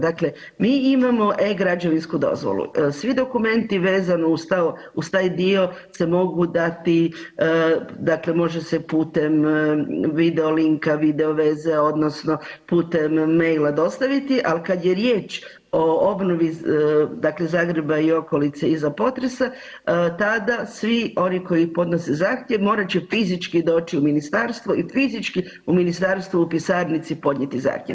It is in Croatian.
Dakle, mi imamo e-građevinsku dozvolu, svi dokumenti vezani uz taj dio se mogu dati, dakle može se putem video linka, video veze odnosno putem maila dostaviti, al kad je riječ o obnovi, dakle Zagreba i okolice iza potresa tada svi oni koji podnose zahtjev morat će fizički doći u ministarstvo i fizički u ministarstvu u pisarnici podnijeti zahtjev.